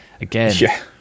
again